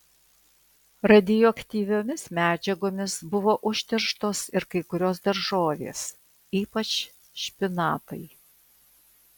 radioaktyviomis medžiagomis buvo užterštos ir kai kurios daržovės ypač špinatai